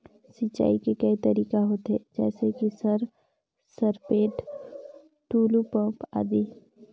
सिंचाई के कई तरीका होथे? जैसे कि सर सरपैट, टुलु पंप, आदि?